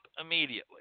immediately